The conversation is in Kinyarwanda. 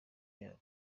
yabo